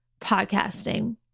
podcasting